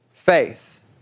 faith